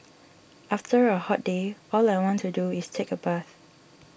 after a hot day all I want to do is take a bath